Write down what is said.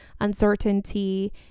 uncertainty